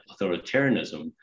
authoritarianism